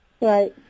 Right